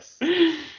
yes